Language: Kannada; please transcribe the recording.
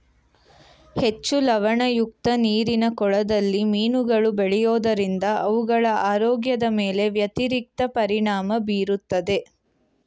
ಹೆಚ್ಚು ಲವಣಯುಕ್ತ ನೀರಿನ ಕೊಳದಲ್ಲಿ ಮೀನುಗಳು ಬೆಳೆಯೋದರಿಂದ ಅವುಗಳ ಆರೋಗ್ಯದ ಮೇಲೆ ವ್ಯತಿರಿಕ್ತ ಪರಿಣಾಮ ಬೀರುತ್ತದೆ